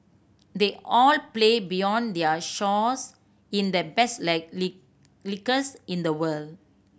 they all play beyond their shores in the best leagues in the world